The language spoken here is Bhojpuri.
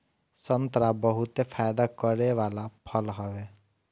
संतरा बहुते फायदा करे वाला फल हवे